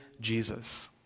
Jesus